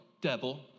Devil